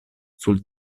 sul